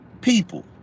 people